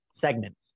segments